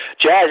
jazz